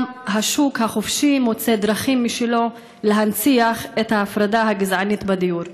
גם השוק החופשי מוצא דרכים משלו להנציח את ההפרדה הגזענית בדיור.